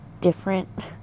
different